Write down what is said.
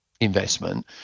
investment